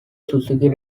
suzuki